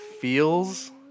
feels